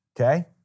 Okay